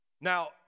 Now